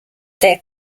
their